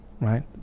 right